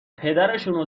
پدرشونو